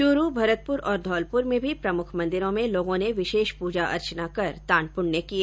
चूरू भरतपुर और धौलपुर में भी प्रमुख मंदिरो में लॉगों ने विशेष पूजा अर्चना कर दानपुष्य किए